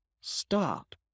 stop